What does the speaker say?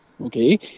Okay